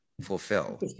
fulfill